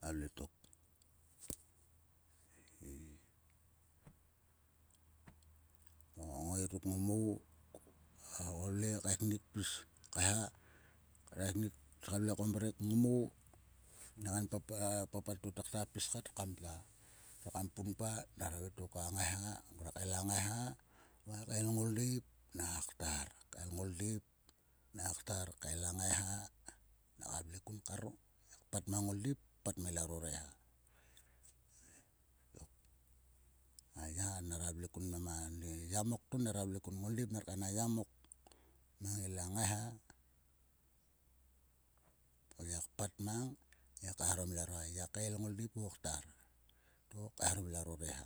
ta vle tok. E i. o ngongai ruk ngmo nguaka vavle kaeknik kpis kacha kat kaeknik pis ka vle ko mrek ngmo. Ani kain papat to takta pis kat kamta punpa nera havai te koa ngaiha. Ngruak kael a ngaiha va kael ngoldeip naka ktar. Kael ngoldeip naka ktar. kael a ngacha naka vle kun kar. Pat mang ngoldeip. pat mang ila ro reha. A ya nera vle kun nam a ni yamok to neravle kua. Ngol deip ner kaen a yamok. mang ila ngaiha. Ko ngiak pat mang. ngiak kacharom ila ro reha. Ngiak kael ngoldeip oguo ktar to kaeharom ilaro reha.